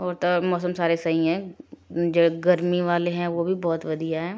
ਹੋਰ ਤਾਂ ਮੌਸਮ ਸਾਰੇ ਸਹੀ ਹੈ ਜੋ ਗਰਮੀ ਵਾਲੇ ਹੈ ਉਹ ਵੀ ਬਹੁਤ ਵਧੀਆ ਹੈ